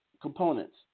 components